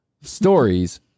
stories